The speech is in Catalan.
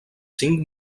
cinc